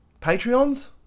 Patreons